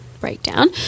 Breakdown